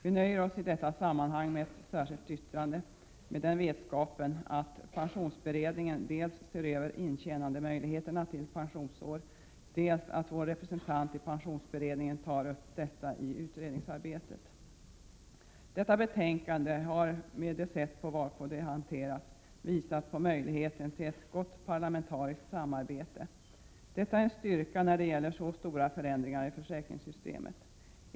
Vi nöjer oss i detta sammanhang med ett särskilt yttrande, med den vetskapen dels att pensionsberedningen ser över möjligheterna till intjänande av pensionsår, dels att vår representant i pensionsberedningen tar upp detta i utredningsarbetet. Detta betänkande har med det sätt varpå det hanterats visat på värdet av ett gott parlamentariskt samarbete. Detta är en styrka när det gäller stora förändringar i försäkringssystemet.